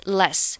less